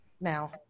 Now